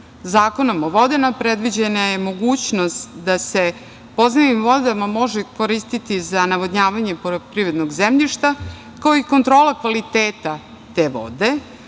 Zakonom o vodama je predviđena mogućnost da se podzemne vode mogu koristi za navodnjavanje poljoprivrednog zemljišta, kao i kontrola kvaliteta te vode,